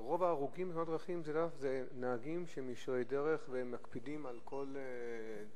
ההרוגים בתאונות דרכים הם נהגים שהם ישרי דרך והם מקפידים על כל חוק,